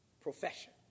profession